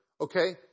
Okay